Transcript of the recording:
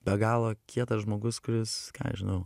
be galo kietas žmogus kuris ką aš žinau